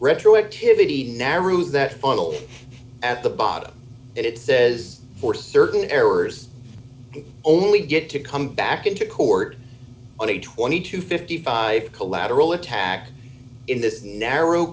retroactivity narrows that funnel at the bottom it says for certain errors only get to come back into court on a twenty to fifty five collateral attack in this narrow